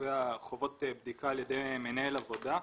קובעת חובות בדיקה על ידי מנהל עבודה.